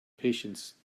patience